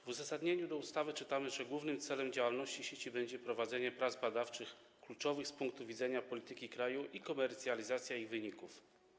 W uzasadnieniu ustawy czytamy, że głównym celem działalności sieci będzie prowadzenie prac badawczych kluczowych z punktu widzenia polityki kraju i komercjalizacja ich wyników.